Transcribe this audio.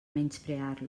menysprear